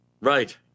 right